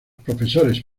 profesores